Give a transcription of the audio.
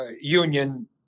union